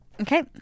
Okay